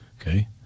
Okay